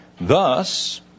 Thus